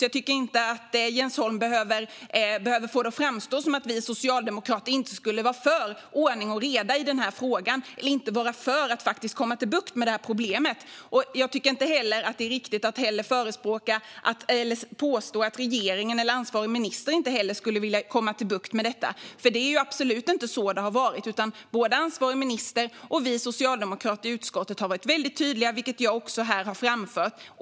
Jag tycker inte att Jens Holm behöver få det att framstå som att vi socialdemokrater inte skulle vara för ordning och reda i den här frågan eller inte vara för att få bukt med det här problemet. Det är inte heller riktigt att påstå att regeringen eller ansvarig minister inte skulle vilja få bukt med detta. Så har det absolut inte varit, utan ansvarig minister, vi socialdemokrater i utskottet och jag här i dag har varit tydliga.